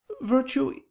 virtue